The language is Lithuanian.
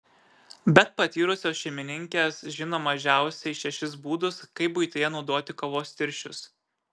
bet patyrusios šeimininkės žino mažiausiai šešis būdus kaip buityje naudoti kavos tirščius